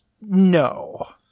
no